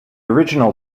original